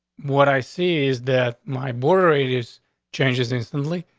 what i see is that my border, it is changes instantly,